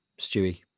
Stewie